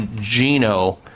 Gino